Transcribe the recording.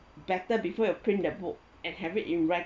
better before you print the book and have it in